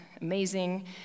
amazing